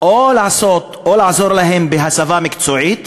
או לעזור להם בהסבה מקצועית